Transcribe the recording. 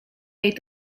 jej